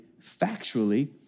factually